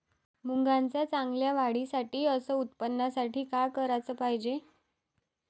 मुंगाच्या चांगल्या वाढीसाठी अस उत्पन्नासाठी का कराच पायजे?